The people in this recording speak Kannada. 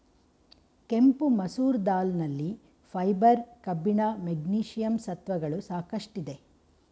ಕೆಂಪು ಮಸೂರ್ ದಾಲ್ ನಲ್ಲಿ ಫೈಬರ್, ಕಬ್ಬಿಣ, ಮೆಗ್ನೀಷಿಯಂ ಸತ್ವಗಳು ಸಾಕಷ್ಟಿದೆ